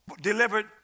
delivered